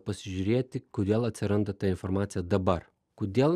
pasižiūrėti kodėl atsiranda ta informacija dabar kodėl